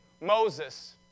Moses